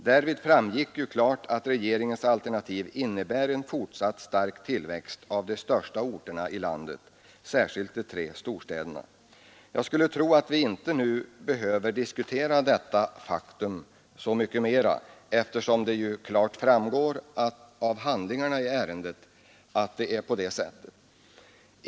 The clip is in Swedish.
Därvid framgick ju klart att regeringens alternativ innebär en fortsatt stark tillväxt av de största orterna i landet, särskilt de tre storstäderna. Jag skulle tro att vi inte nu behöver diskutera detta faktum så mycket, eftersom det ju klart framgår av handlingarna i ärendet.